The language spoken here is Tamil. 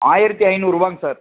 ஆயிரத்தி ஐந்நூறுபாங்க சார்